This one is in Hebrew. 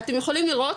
אתם יכולים לראות,